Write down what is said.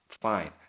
fine